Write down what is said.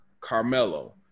Carmelo